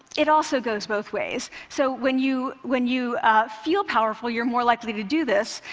it also goes both ways. so when you when you feel powerful, you're more likely to do this,